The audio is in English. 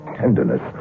tenderness